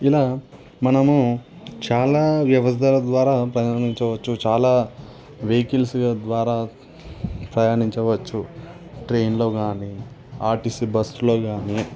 ఇలా మనము చాలా వ్యవస్థల ద్వారా ప్రయాణించవచ్చు చాలా వెహికిల్స్ ద్వారా ప్రయాణించవచ్చు ట్రైన్లో కానీ ఆర్టిసి బస్లో కానీ